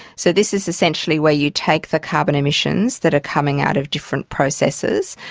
so this is essentially where you take the carbon emissions that are coming out of different processes,